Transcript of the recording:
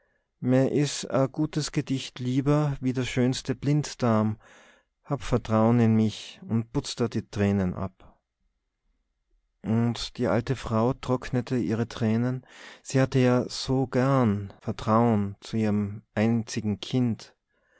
gutes gedicht lieber wie der schönste blinddarm hab vertrauen in mich und putz derr die tränen ab und die alte frau trocknete ihre tränen sie hatte ja so gern vertrauen zu ihrem einzigen kind